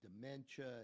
dementia